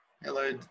Hello